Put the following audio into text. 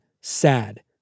sad